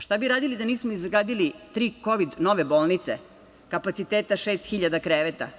Šta bi radili da nismo izgradili tri kovid nove bolnice kapaciteta 6.000 kreveta?